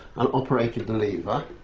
and operated the lever,